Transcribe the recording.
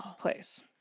place